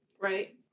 Right